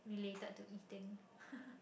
related to eating